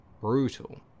Brutal